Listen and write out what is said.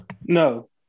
No